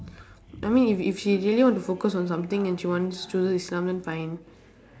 I mean if if she really want to focus on something and she wants chooses islamic then fine